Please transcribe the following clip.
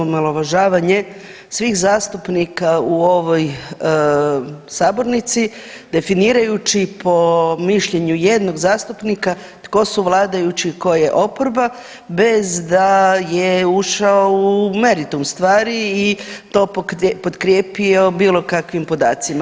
Omalovažavanje svih zastupnika u ovoj sabornici definirajući po mišljenju jednog zastupnika tko su vladajući, tko je oporba bez da je ušao u meritum stvari i to potkrijepio bilo kakvim podacima.